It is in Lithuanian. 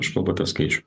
iš v p t skaičių